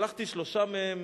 שלחתי שלושה מהם,